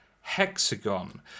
Hexagon